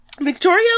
Victoria